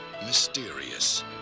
mysterious